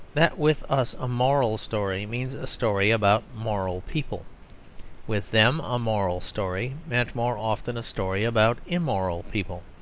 that with us a moral story means a story about moral people with them a moral story meant more often a story about immoral people.